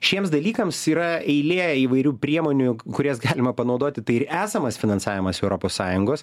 šiems dalykams yra eilė įvairių priemonių k kurias galima panaudoti tai ir esamas finansavimas europos sąjungos